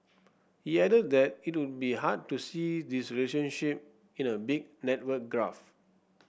he added that it would be hard to see this relationship in a big network graph